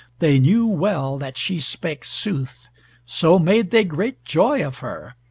they knew well that she spake sooth so made they great joy of her,